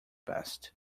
best